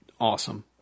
awesome